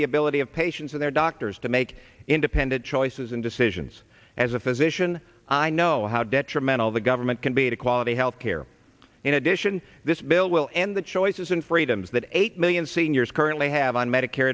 the ability of patients and their doctors to make independent choices and decisions as a physician i know how detrimental the government can be to quality health care in addition this bill will end the choices and freedoms that eight million seniors currently have on medicare